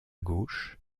gauche